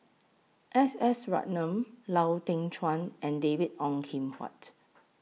S S Ratnam Lau Teng Chuan and David Ong Kim Huat